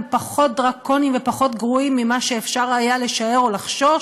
הם פחות דרקוניים ופחות גרועים ממה שאפשר היה לשער או לחשוש.